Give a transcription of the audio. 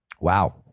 Wow